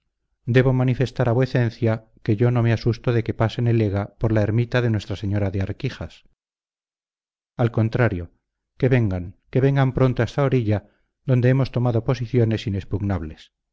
debo manifestar a vuecencia que yo no me asusto de que pasen el ega por la ermita de nuestra señora de arquijas al contrario que vengan que vengan pronto a esta orilla donde hemos tomado posiciones inexpugnables